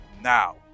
now